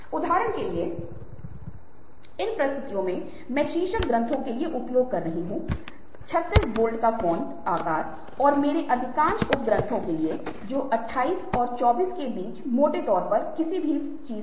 इसलिए यदि आप प्रश्न पूछ रहे हैं कि ऐसा क्यों है कि हमने इस पर अभी तक चर्चा की है यदि आप प्रश्न पूछ रहे हैं कि पदार्थ के संदर्भ में यह कैसे प्रासंगिक होने जा रहा है तो यहां इसका जवाब है